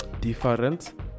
different